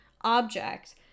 object